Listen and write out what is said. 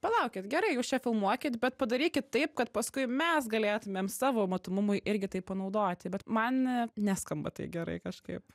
palaukit gerai jūs čia filmuokit bet padarykit taip kad paskui mes galėtumėm savo matomumui irgi tai panaudoti bet man neskamba tai gerai kažkaip